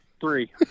Three